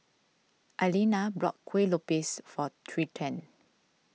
Eliana bought Kuih Lopes for Trenten